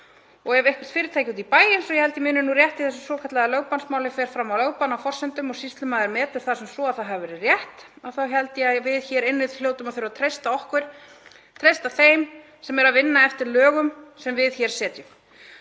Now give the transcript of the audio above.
Og ef eitthvert fyrirtæki úti í bæ, eins og ég held að ég muni nú rétt í þessu svokallaða lögbannsmáli, fer fram á lögbann á forsendum og sýslumaður metur það sem svo að það hafi verið rétt, þá held ég að við hér inni hljótum að þurfa að treysta þeim sem eru að vinna eftir lögunum sem við hér setjum.“